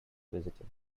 visited